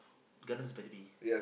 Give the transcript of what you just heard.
Gardens-by-the-Bay